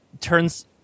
turns